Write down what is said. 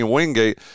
Wingate